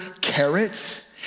carrots